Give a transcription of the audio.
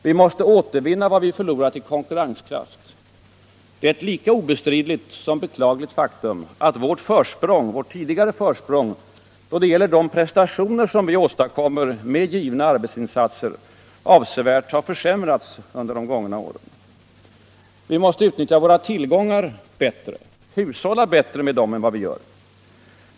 Vi måste återvinna vad vi har förlorat i konkurrenskraft. Det är ett lika obestridligt som beklagligt faktum att vårt tidigare försprång då det gäller de prestationer som vi åstadkommer med givna arbetsinsatser avsevärt har försämrats under de gångna åren. Vi måste utnyttja våra tillgångar bättre, hushålla med dem bättre än vad vi gör.